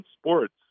sports